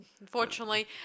Unfortunately